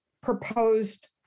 proposed